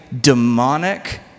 demonic